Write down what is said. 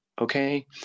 Okay